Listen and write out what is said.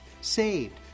saved